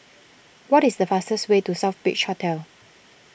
what is the fastest way to Southbridge Hotel